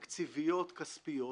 תקציביות-כספיות,